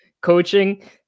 coaching